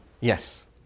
Yes